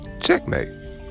Checkmate